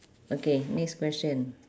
okay next question